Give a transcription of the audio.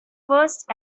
first